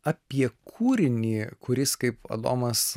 apie kūrinį kuris kaip adomas